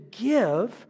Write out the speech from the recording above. give